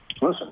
listen